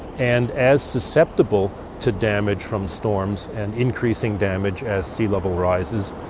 and as susceptible to damage from storms and increasing damage as sea level rises,